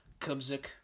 Kubzik